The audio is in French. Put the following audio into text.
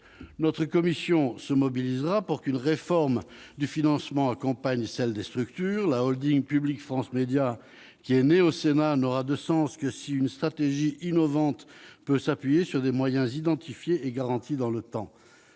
Notre commission se mobilisera pour qu'une réforme du financement accompagne celle des structures. La holdingpublique France Médias Monde, née au Sénat, n'aura de sens que si une stratégie innovante peut s'appuyer sur des moyens identifiés et garantis dans le temps.